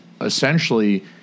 essentially